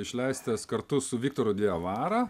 išleistas kartu su viktoru diavara